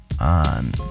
On